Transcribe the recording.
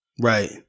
Right